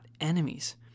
enemies